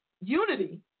unity